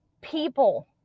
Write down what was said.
people